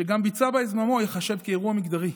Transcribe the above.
שגם ביצע בה את זממו, ייחשד כאירוע מגדרי.